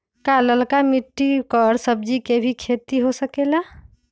का लालका मिट्टी कर सब्जी के भी खेती हो सकेला?